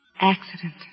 Accident